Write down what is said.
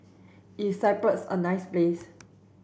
is Cyprus a nice place